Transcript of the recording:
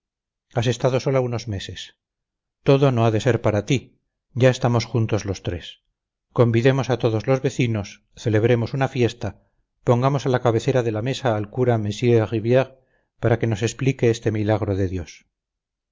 has estado sola unos meses todo no ha de ser para ti ya estamos juntos los tres convidemos a todos los vecinos celebremos una fiesta pongamos a la cabecera de la mesa al cura mr riviere para que nos explique este milagro de dios